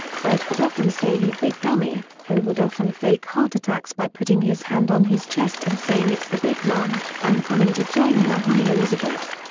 fred would often say you big dummy or would often fake heart attacks by putting his hand on his chest and saying it's the big one, i'm coming to join ya honey elizabeth.